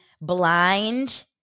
blind